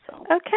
Okay